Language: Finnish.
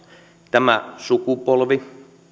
tämä sukupolvi